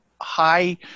high